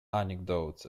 anecdotes